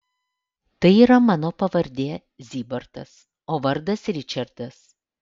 tai yra mano pavardė zybartas o vardas ričardas